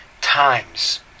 times